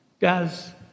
Guys